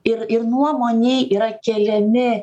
ir ir nuomonei yra keliami